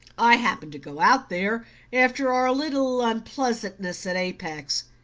i happened to go out there after our little unpleasantness at apex,